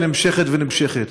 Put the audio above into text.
שנמשכת ונמשכת.